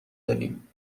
داریم